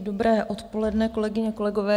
Dobré odpoledne, kolegyně, kolegové.